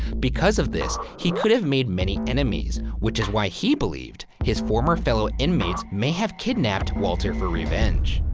because of this, he could have made many enemies, which is why he believed his former fellow inmates may have kidnapped walter for revenge.